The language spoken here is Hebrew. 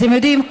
אתם יודעים,